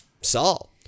Saul